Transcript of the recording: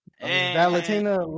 Valentina